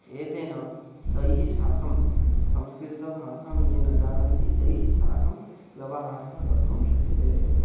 एतेन तैः साकं संस्कृतभाषां ये न जानन्ति तैः साकं व्यवहारः कर्तुं शक्यते